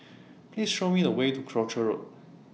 Please Show Me The Way to Croucher Road